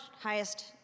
highest